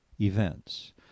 events